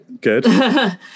good